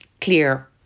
clear